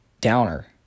downer